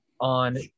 on